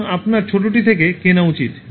সুতরাং আপনার ছোটটি থেকে কেনা উচিত